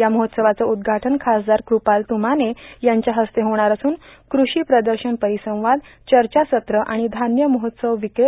या महोत्सवाचं उद्घाटन खासदार कृपाल तुमाने यांच्या हस्ते होणार असून कृषी प्रदर्शन परिसंवाद चर्चासत्र आणि धान्य महोत्सव विक्रेते